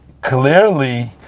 clearly